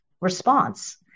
response